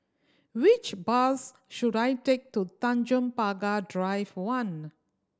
which bus should I take to Tanjong Pagar Drive One